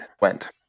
went